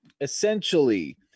Essentially